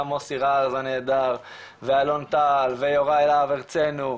גם מוסי רז הנהדר ואלון טל ויוראי להב הרצנו,